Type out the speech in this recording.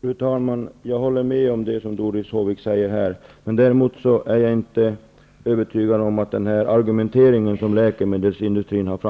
Fru talman! Jag håller med om det Doris Håvik sade. Däremot är jag inte övertygad om den argumentering som läkemedelsindustrin haft.